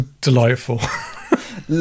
Delightful